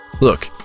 Look